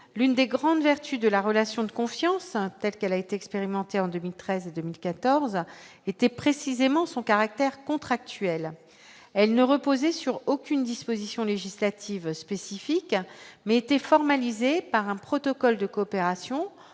l'une des grandes vertus de la relation de confiance, telle qu'elle a été expérimentée en 2013, 2014 était précisément son caractère contractuel, elle ne reposaient sur aucune disposition législative spécifique mais été formalisé par un protocole de coopération